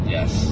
Yes